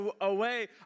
away